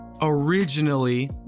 originally